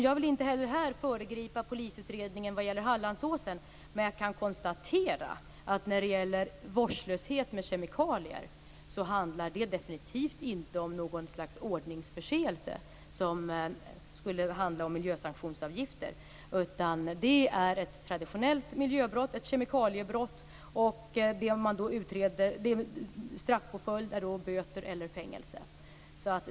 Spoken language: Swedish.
Jag vill inte heller här föregripa polisutredningen vad gäller Hallandsåsen, men jag kan konstatera att vårdslöshet med kemikalier definitivt inte är någon ordningsförseelse. Det handlar inte om miljösanktionsavgifter. Det är ett traditionellt miljöbrott - ett kemikaliebrott. Straffpåföljden är då böter eller fängelse.